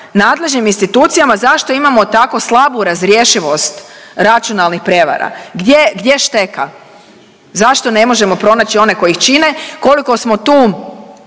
nadležnim institucijama zašto imamo tako slabu razrješivost računalnih prijevara. Gdje, gdje šteka? Zašto ne možemo pronaći one koji ih čine? Koliko smo tu